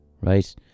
right